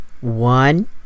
One